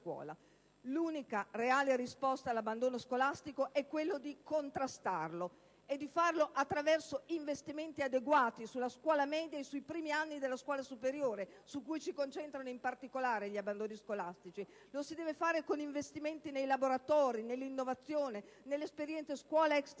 L'unica reale risposta all'abbandono scolastico è quello di contrastarlo e di farlo attraverso investimenti adeguati sulla scuola media e sui primi anni della scuola superiore, su cui si concentrano in particolare gli abbandoni scolastici. Lo si deve fare con investimenti nei laboratori, nell'innovazione, nelle esperienze scuola-extra scuola,